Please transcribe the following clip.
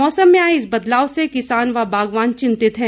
मौसम में आए इस बदलाव से किसान व बगावान चिंतित हैं